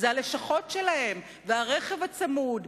גם הלשכות שלהם והרכב הצמוד,